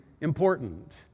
important